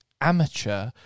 amateur